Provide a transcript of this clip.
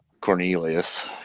Cornelius